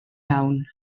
iawn